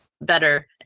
better